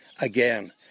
again